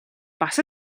бас